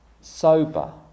sober